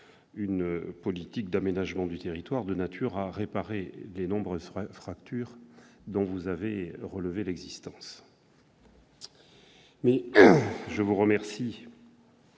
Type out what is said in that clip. une politique d'aménagement du territoire de nature à réparer les nombreuses fractures donc vous avez relevé l'existence. Je vous remercie